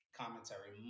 commentary